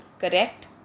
Correct